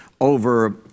over